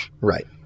Right